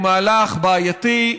הוא מהלך בעייתי,